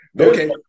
Okay